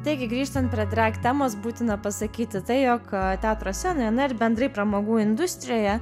taigi grįžtant prie drag temos būtina pasakyti tai jog teatro scenoje ir bendrai pramogų industrijoje